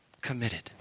committed